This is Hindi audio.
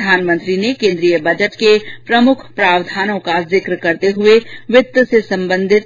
प्रधानमंत्री ने कोन्द्रीय बजट के प्रमुख प्रावधानों का जिक्र करते हुए वित्त से सम्बद्ध